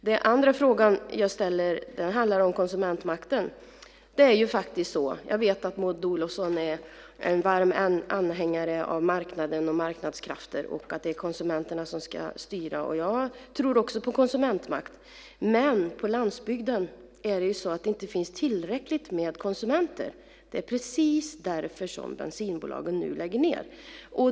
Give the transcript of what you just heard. Den andra frågan jag ställer handlar om konsumentmakten. Jag vet att Maud Olofsson är en varm anhängare av marknaden och marknadskrafterna och att det är konsumenterna som ska styra. Jag tror också på konsumentmakt. Men på landsbygden finns det inte tillräckligt med konsumenter. Det är precis därför som bensinbolagen nu lägger ned.